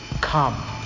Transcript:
come